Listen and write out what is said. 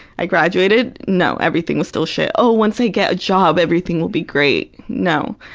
i graduated no, everything was still shit. oh, once i get a job, everything will be great. no.